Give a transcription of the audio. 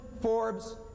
Forbes